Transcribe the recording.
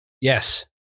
Yes